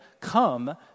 Come